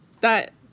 That-